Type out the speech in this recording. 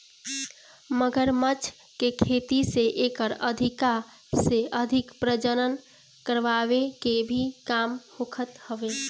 मगरमच्छ के खेती से एकर अधिका से अधिक प्रजनन करवाए के भी काम होखत हवे